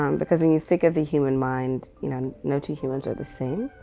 um because when you think of the human mind, you know, no two humans are the same.